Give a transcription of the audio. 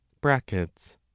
Brackets